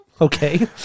Okay